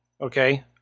okay